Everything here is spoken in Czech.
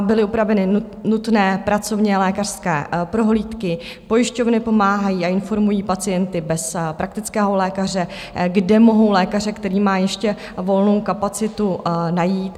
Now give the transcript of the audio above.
Byly upraveny nutné pracovnělékařské prohlídky, pojišťovny pomáhají a informují pacienty bez praktického lékaře, kde mohou lékaře, který má ještě volnou kapacitu, najít.